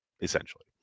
essentially